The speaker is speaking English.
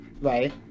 right